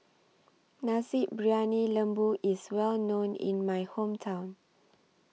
Nasi Briyani Lembu IS Well known in My Hometown